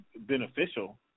beneficial